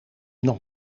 nog